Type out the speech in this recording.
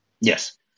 Yes